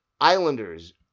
Islanders